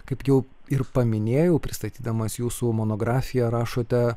kaip jau ir paminėjau pristatydamas jūsų monografiją rašote